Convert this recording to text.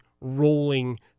rolling